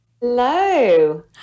Hello